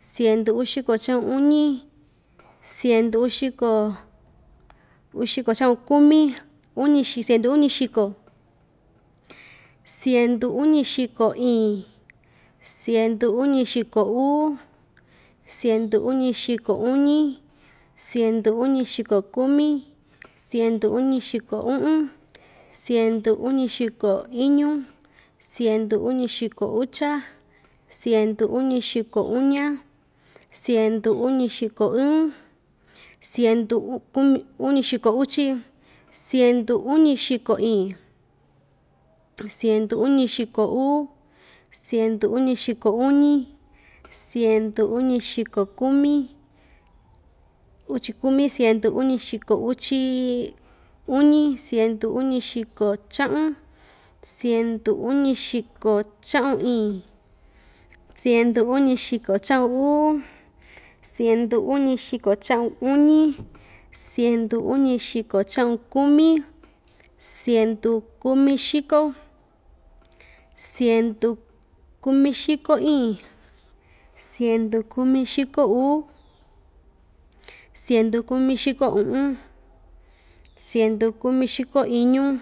Siendu uxiko cha'un uñi, siendu uxiko uxiko cha'un kumi, uñixi siendu uñixiko, siendu uñixiko iin, siendu uñixiko uu, siendu uñixiko uñi, siendu uñixiko kumi, siendu uñixiko u'un, siendu uñixiko iñu, siendu uñixiko ucha, siendu uñixiko uña, siendu uñixiko ɨɨn, siendu u kum uñixiko uchi, siendu uñixiko iin, siendu uñixiko uu, siendu uñixiko uñi, siendu uñixiko kumi uchi kumi, siendu uñixiko uchi uñi, siendu uñixiko cha'un, siendu uñixiko cha'un iin, siendu uñixiko cha'un uu, siendu uñixiko cha'un uñi, siendu uñixiko cha'un kumi, siendu kumixiko, siendu kumixiko iin, siendu kumixiko uu, siendu kumixiko u'un, siendu kumixiko iñu,